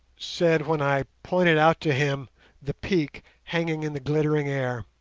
said when i pointed out to him the peak hanging in the glittering air